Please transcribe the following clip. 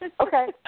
Okay